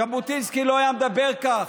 ז'בוטינסקי לא היה מדבר כך,